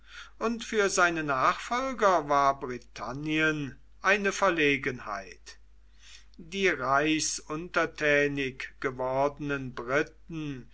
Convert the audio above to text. und für seine nachfolger war britannien eine verlegenheit die reichsuntertänig gewordenen briten